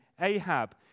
Ahab